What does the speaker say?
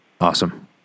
Awesome